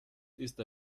ist